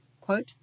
Quote